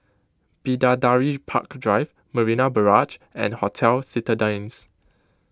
Bidadari Park Drive Marina Barrage and Hotel Citadines